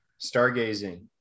Stargazing